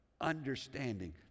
understanding